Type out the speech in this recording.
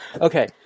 Okay